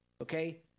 okay